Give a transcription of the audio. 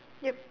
yup